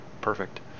perfect